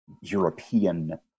European